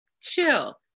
chill